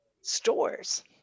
stores